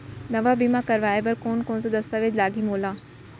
नवा बीमा करवाय बर कोन कोन स दस्तावेज लागही मोला?